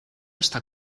está